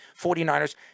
49ers